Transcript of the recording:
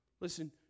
Listen